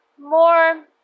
more